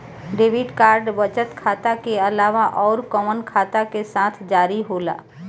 Debit card बचत खाता के अलावा अउरकवन खाता के साथ जारी होला?